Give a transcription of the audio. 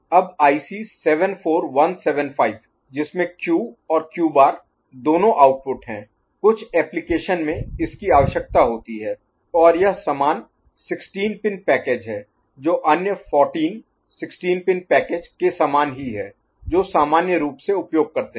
अब IC 74175 जिसमें Q और Q बार Q' दोनों आउटपुट हैं कुछ एप्लिकेशन में इसकी आवश्यकता होती है और यह समान 16 पिन पैकेज है जो अन्य 14 16 पिन पैकेज के समान ही है जो सामान्य रूप से उपयोग करते हैं